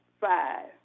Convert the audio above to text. five